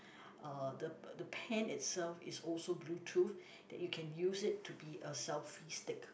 uh the the pen itself is also bluetooth that you can use it to be a selfie stick